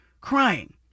crying